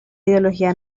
ideología